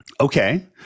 Okay